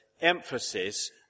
emphasis